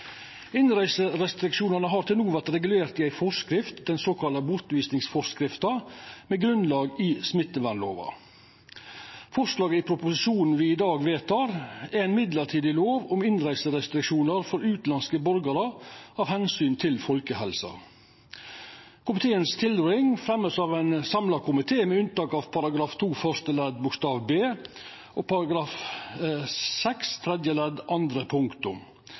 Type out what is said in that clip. Innreiserestriksjonane har til no vore regulert i ei forskrift, den såkalla bortvisningsforskrifta, med grunnlag i smittevernlova. Forslaget i proposisjonen vi vedtek i dag, er ei mellombels lov om innreiserestriksjonar for utanlandske borgarar av omsyn til folkehelsa. Tilrådinga frå komiteen vert fremja av ein samla komité, med unntak av § 2 første ledd bokstav b og § 6 tredje ledd andre